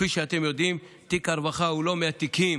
כפי שאתם יודעים, תיק הרווחה הוא לא מהתיקים